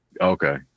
okay